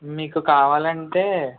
మీకు కావాలి అంటే